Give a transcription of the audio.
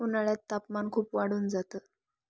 उन्हाळ्यात तापमान खूप वाढून जात